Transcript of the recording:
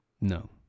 No